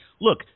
look